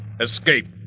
escape